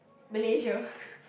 Malaysia